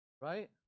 Right